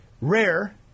rare